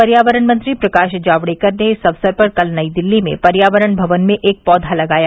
पर्यावरण मंत्री प्रकाश जावडेकर ने इस अवसर पर कल नई दिल्ली में पर्यावरण भवन में एक पौधा लगाया